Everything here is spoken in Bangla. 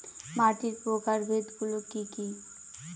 মাটির প্রকারভেদ গুলো কি কী?